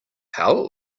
how